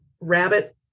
rabbit